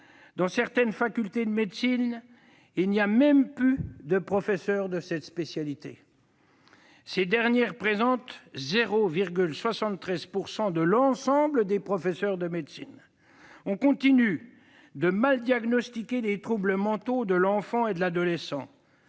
Dans certaines facultés de médecine, il n'y a même plus de professeurs dans cette spécialité. Ces derniers représentent 0,73 % de l'ensemble des professeurs de médecine. On continue de mal diagnostiquer les troubles mentaux de l'enfant et de l'adolescent.